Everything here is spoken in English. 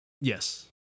Yes